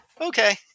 Okay